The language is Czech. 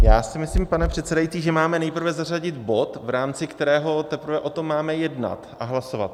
Já si myslím, pane předsedající, že máme nejprve zařadit bod, v rámci kterého teprve o tom máme jednat a hlasovat.